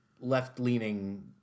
left-leaning